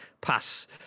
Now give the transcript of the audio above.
pass